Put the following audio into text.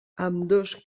ambdós